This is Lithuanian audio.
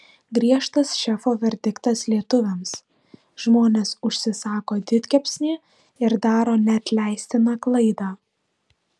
griežtas šefo verdiktas lietuviams žmonės užsisako didkepsnį ir daro neatleistiną klaidą